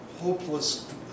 hopeless